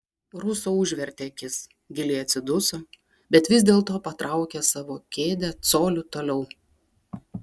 ruso užvertė akis giliai atsiduso bet vis dėlto patraukė savo kėdę coliu toliau